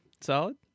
Solid